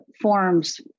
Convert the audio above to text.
forms